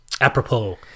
apropos